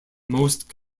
most